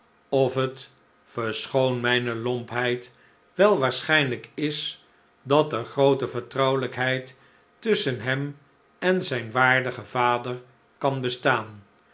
of het verschoon mijne lompheid wel waarschijnlijk is dat er groote vertrouwelijkheid tusschen hem en zijn waardigen vader kan bestaan